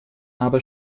aber